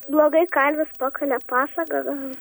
blogai kalvis pakalė pasagą gal